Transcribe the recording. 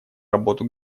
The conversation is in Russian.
работу